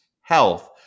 health